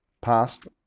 past